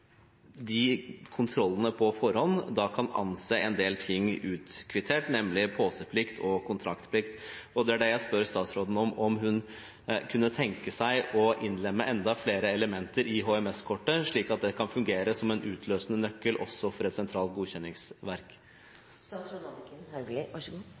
de kontrollene på forhånd kan de anse en del ting utkvittert, nemlig påseplikt og kontraktplikt, og det er det jeg spør statsråden om: Kan hun tenke seg å innlemme enda flere elementer i HMS-kortet, slik at det kan fungere som en utløsende nøkkel også for et sentralt